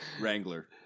Wrangler